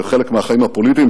זה חלק מהחיים הפוליטיים,